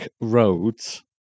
roads